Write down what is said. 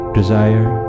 desire